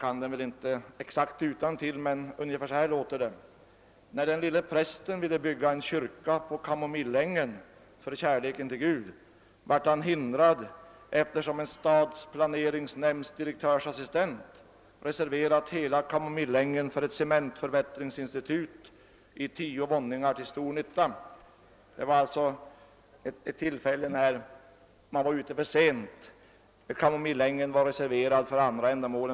Jag kan väl inte dikten exakt utantill men den har ungefär följande innehåll: »När den lille prästen ville bygga en kyrka på Kamomillängen för kärleken till Gud vart han hindrad, eftersom en stadsplaneringsnämndsdirektörsassistent reserverat hela Kamomillängen för ett cementförbättringsinstitut i tio våningar till stor nytta.» Även vid det tillfället var man alltså för sent ute; kamomillängen var reserverad för andra ändamål.